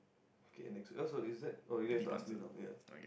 okay next one oh sorry is that oh you have to ask me now ya